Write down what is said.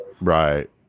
Right